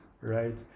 right